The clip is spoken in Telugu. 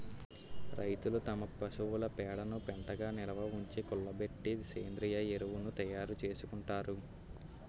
రైతులు తమ పశువుల పేడను పెంటగా నిలవుంచి, కుళ్ళబెట్టి సేంద్రీయ ఎరువును తయారు చేసుకుంటారు